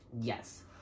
Yes